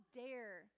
dare